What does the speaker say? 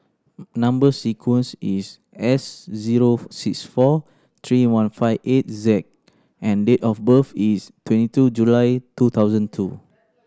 number sequence is S zero six four three one five eight Z and date of birth is twenty two July two thousand two